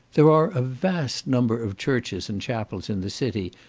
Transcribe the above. there are a vast number of churches and chapels in the city,